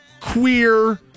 queer